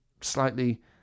slightly